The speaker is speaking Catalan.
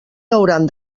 hauran